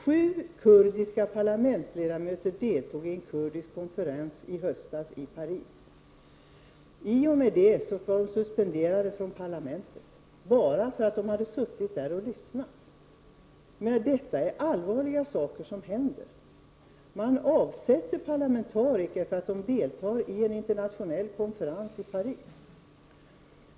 Sju kurdiska parlamentsledamöter deltogi en kurdisk konferens i Paris i höstas. I och med detta blev de suspenderade från parlamentet, alltså enbart för att de suttit där och lyssnat. Det är allvarliga saker som händer. Parlamentariker avsätts för att de har deltagit i en internationell konferens i Paris.